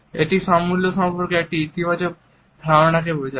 এটি স্বমূল্য সম্পর্কে একটি ইতিবাচক ধারণা বোঝায়